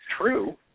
true